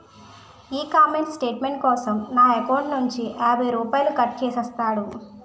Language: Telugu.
ఈ కామెంట్ స్టేట్మెంట్ కోసం నా ఎకౌంటు నుంచి యాభై రూపాయలు కట్టు చేసేసాడు